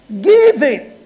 Giving